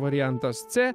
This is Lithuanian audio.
variantas c